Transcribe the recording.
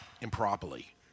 improperly